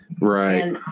Right